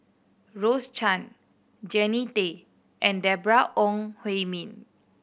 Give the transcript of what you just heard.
Rose Chan Jannie Tay and Deborah Ong Hui Min